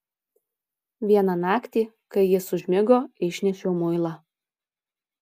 vieną naktį kai jis užmigo išnešiau muilą